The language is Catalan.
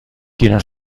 quina